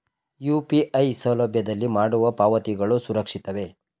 UPI ಸೌಲಭ್ಯದಲ್ಲಿ ಮಾಡುವ ಪಾವತಿಗಳು ಸುರಕ್ಷಿತವೇ?